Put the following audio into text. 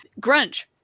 grunge